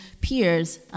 peers